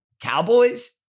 Cowboys